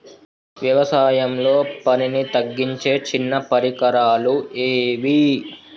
వ్యవసాయంలో పనిని తగ్గించే చిన్న పరికరాలు ఏవి?